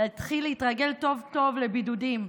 להתחיל להתרגל טוב-טוב לבידודים,